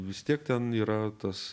vis tiek ten yra tas